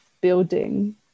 building